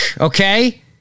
okay